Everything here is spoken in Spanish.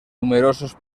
numerosos